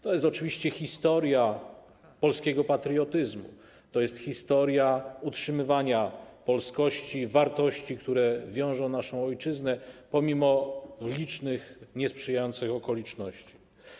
To jest oczywiście historia polskiego patriotyzmu, to jest historia utrzymywania polskości, wartości, które wiążą naszą ojczyznę, pomimo licznych niesprzyjających okoliczności.